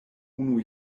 unu